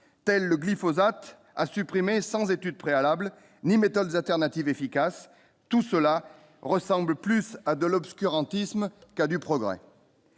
tels le glyphosate a supprimé sans études préalables ni méthodes alternatives efficaces tout cela ressemble plus à de l'obscurantisme du progrès.